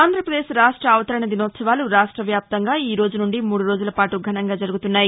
ఆంధ్రాపదేశ్ రాష్ట అవతరణ దినోత్సవాలు రాష్ట్ర వ్యాప్తంగా ఈ రోజు నుండి మూడు రోజుల పాటు ఘనంగా జరుగుతున్నాయి